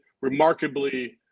remarkably